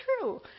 true